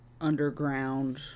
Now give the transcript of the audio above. underground